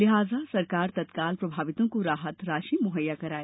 लिहाजा सरकार तत्काल प्रभावितों को राहत राशि मुहैया कराए